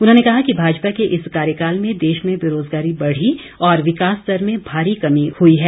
उन्होंने कहा कि भाजपा के इस कार्यकाल में देश में बेरोजगारी बढ़ी और विकास दर में भारी कमी हुई है